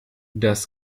dass